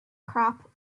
crop